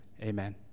amen